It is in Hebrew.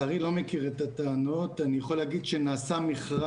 אני לא רוצה לשמוע ממך שיש את זה,